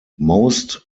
most